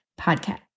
podcast